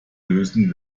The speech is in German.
lösen